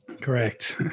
Correct